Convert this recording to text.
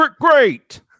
great